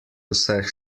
vseh